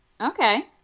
okay